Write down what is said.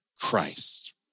Christ